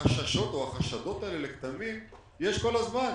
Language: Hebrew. החששות או החשדות האלה של כתמים יש כל הזמן,